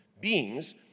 beings